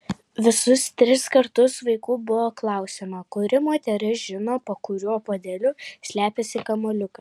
visus tris kartus vaikų buvo klausiama kuri moteris žino po kuriuo puodeliu slepiasi kamuoliukas